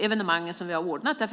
evenemang vi har ordnat?